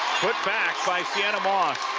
put back by sienna moss.